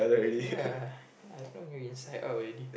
ya ya I known you inside out already